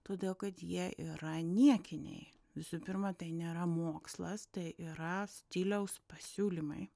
todėl kad jie yra niekiniai visų pirma tai nėra mokslas tai yra stiliaus pasiūlymai